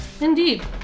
Indeed